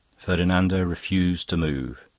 ferdinando refused to move.